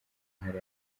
ntara